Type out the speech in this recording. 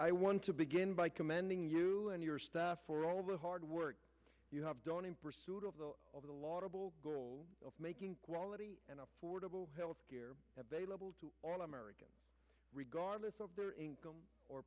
i want to begin by commending you and your stuff for all the hard work you have done in pursuit of the of the laudable goal of making quality and affordable health care available to all americans regardless of their income or